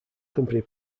company